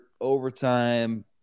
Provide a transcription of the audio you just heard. overtime